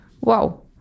Wow